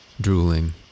drooling